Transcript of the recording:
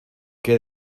qué